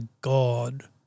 God